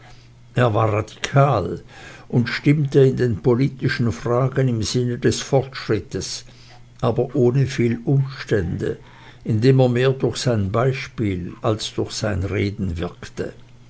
er war radikal und stimmte in den politischen fragen im sinne des fortschrittes aber ohne viel umstände indem er mehr durch sein beispiel als durch reden wirkte